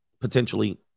potentially